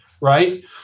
right